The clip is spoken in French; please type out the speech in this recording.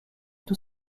tout